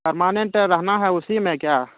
permanent رہنا ہے اسی میں کیا